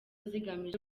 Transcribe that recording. zigamije